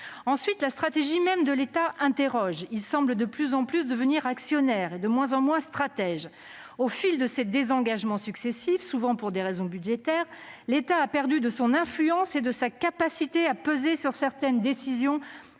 Ensuite, la stratégie même de l'État est source d'interrogations : il semble de plus en plus devenir actionnaire et de moins en moins stratège. Au fil de ses désengagements successifs, souvent pour des raisons budgétaires, l'État a perdu de son influence et de sa capacité à peser sur certaines décisions